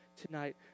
tonight